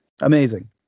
amazing